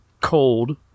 cold